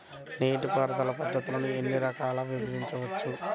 నీటిపారుదల పద్ధతులను ఎన్ని రకాలుగా విభజించవచ్చు?